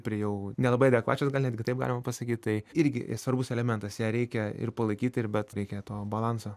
prie jau nelabai adekvačios gal netgi taip galima pasakyt tai irgi svarbus elementas ją reikia ir palaikyt ir bet reikia to balanso